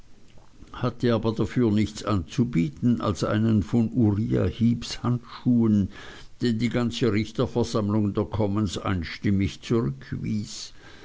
hatte aber dafür nichts anzubieten als einen von uriah heeps handschuhen den die ganze richterversammlung der commons einstimmig zurückwies